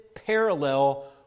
parallel